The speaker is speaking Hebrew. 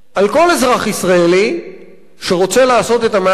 על כל אזרח ישראלי שרוצה לעשות את המעשה